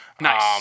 Nice